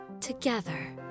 together